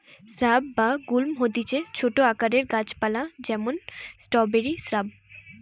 shrub বা গুল্ম হতিছে ছোট আকারের গাছ পালা যেমন স্ট্রওবেরি শ্রাব